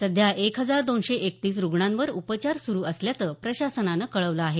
सध्या एक हजार दोनशे एकतीस रुग्णांवर उपचार सुरू असल्याचं प्रशासनानं कळवल आहे